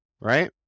Right